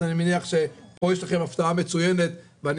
אז אני מניח שפה יש לכם הפתעה מצוינת ואני